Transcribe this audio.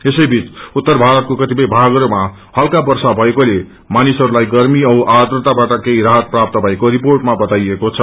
यसैबीच उत्तर भारताके कतिपय भागहरूमा हल्का वर्षा भएकोले मानिहसरूले गर्मी औ आर्ट्रताबाट केही राहत प्राप्त भएको रिर्पोटमा बताइएको छ